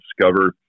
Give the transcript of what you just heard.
discover